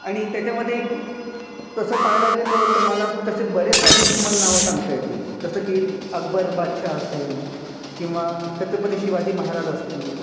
आणि त्याच्यामध्ये तसं पाहायला गेलो तर मला तसे बरेच राजांची तुम्हाला नावं सांगता येतील जसं की अकबर बादशाह असेल किंवा छत्रपती शिवाजी महाराज असतील